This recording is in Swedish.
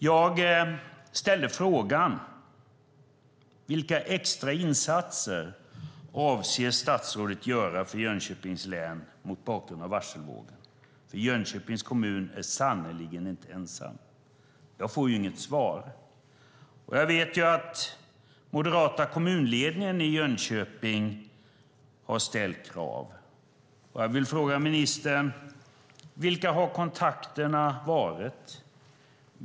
Jag ställde frågan: Vilka extra insatser avser statsrådet att göra för Jönköpings län mot bakgrund av varselvågen? Jönköpings kommun är sannerligen inte ensam. Jag får inget svar. Jag vet att den moderata kommunledningen i Jönköping har ställt krav. Jag vill fråga ministern: Vilka har kontakterna varit?